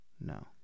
No